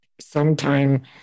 sometime